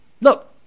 Look